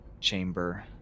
chamber